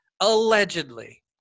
allegedly